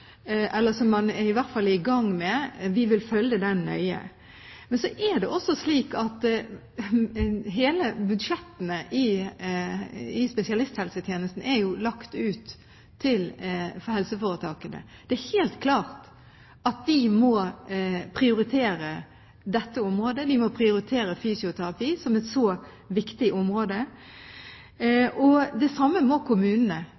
som nå er gjort, eller som man i hvert fall er i gang med. Men så er det også slik at budsjettene i spesialisthelsetjenesten er lagt ut til helseforetakene. Det er helt klart at de må prioritere dette området. De må prioritere fysioterapi, som er et så viktig område, og det samme må kommunene.